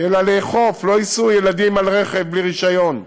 אלא לאכוף, לא ייסעו ילדים על רכב בלי רישיון.